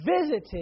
visited